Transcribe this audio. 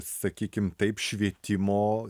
sakykim taip švietimo